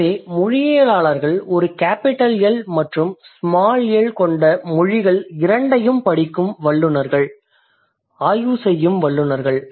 எனவே மொழியியலாளர்கள் ஒரு கேபிடல் எல் மற்றும் ஸ்மால் எல் கொண்ட மொழிகள் இரண்டையும் படிக்கும் ஆய்வுசெய்யும் வல்லுநர்கள்